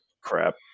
Crap